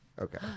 Okay